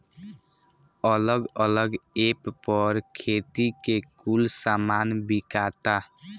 अलग अलग ऐप पर खेती के कुल सामान बिकाता